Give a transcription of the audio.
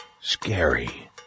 scary